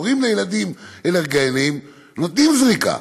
הורים לילדים אלרגיים נותנים זריקה,